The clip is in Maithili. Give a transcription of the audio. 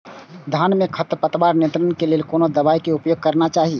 धान में खरपतवार नियंत्रण के लेल कोनो दवाई के उपयोग करना चाही?